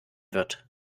wird